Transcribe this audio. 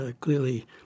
clearly